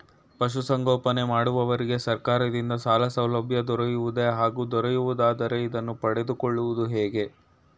ಪಶುಸಂಗೋಪನೆ ಮಾಡುವವರಿಗೆ ಸರ್ಕಾರದಿಂದ ಸಾಲಸೌಲಭ್ಯ ದೊರೆಯುವುದೇ ಹಾಗೂ ದೊರೆಯುವುದಾದರೆ ಇದನ್ನು ಪಡೆದುಕೊಳ್ಳುವುದು ಹೇಗೆ?